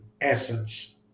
essence